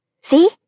See